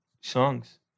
songs